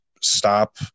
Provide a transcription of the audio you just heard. stop